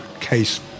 case